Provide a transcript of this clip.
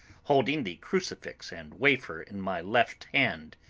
holding the crucifix and wafer in my left hand.